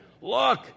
Look